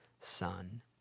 son